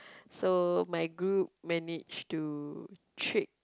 so my group managed to trick